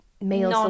male